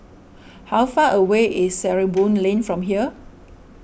how far away is Sarimbun Lane from here